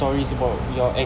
stories about your ex